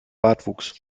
bartwuchs